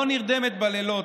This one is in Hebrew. לא נרדמת בלילות,